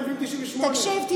נכון, כדי להתחשב.